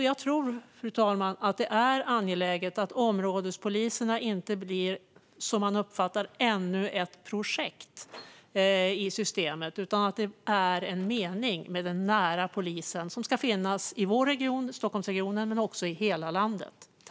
Jag tror, fru talman, att det är angeläget att områdespoliserna inte blir något som uppfattas som ännu ett projekt i systemet. Det är en mening med den nära polisen, som ska finnas i vår region, Stockholmsregionen, men också i hela landet.